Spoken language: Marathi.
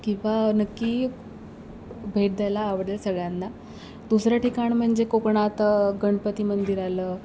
किंवा नक्की भेट द्यायला आवडेल सगळ्यांना दुसरं ठिकाण म्हणजे कोकणात गणपती मंदिर आलं